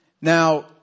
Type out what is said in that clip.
Now